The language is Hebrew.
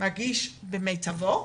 מרגיש במיטבו,